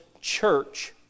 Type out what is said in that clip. church